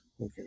Okay